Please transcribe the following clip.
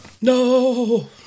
No